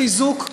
חיזוק,